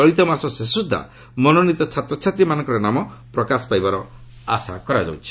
ଚଳିତମାସ ଶେଷସୁଦ୍ଧା ମନୋନୀତ ଛାତ୍ରଛାତ୍ରୀ ମାନଙ୍କର ନାମ ପ୍ରକାଶ ପାଇବାର ଆଶା କରାଯାଉଛି